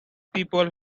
people